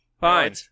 Fine